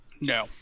No